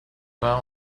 pas